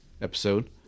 episode